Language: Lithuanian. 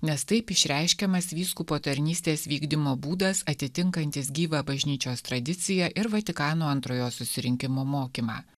nes taip išreiškiamas vyskupo tarnystės vykdymo būdas atitinkantis gyvą bažnyčios tradiciją ir vatikano antrojo susirinkimo mokymą